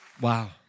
Wow